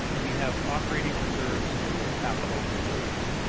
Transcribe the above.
we have operating reserves and we have capital reserves.